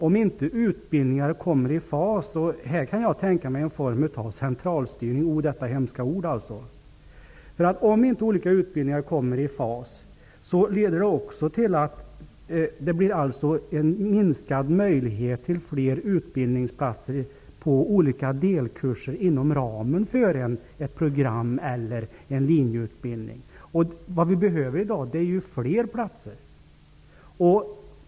Om inte utbildningar kommer i fas kan jag tänka mig en form av centralstyrning -- oh, detta hemska ord. Om inte olika utbildningar kommer i fas leder det till en minskad möjlighet till fler utbildningsplatser för olika delkurser inom ramen för ett program eller en linjeutbildning. Vad vi behöver i dag är ju fler platser.